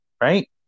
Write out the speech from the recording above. Right